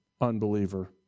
unbeliever